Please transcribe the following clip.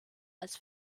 als